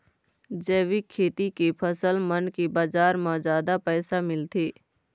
जैविक खेती के फसल मन के बाजार म जादा पैसा मिलथे